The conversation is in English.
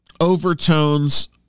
overtones